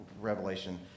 Revelation